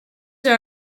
are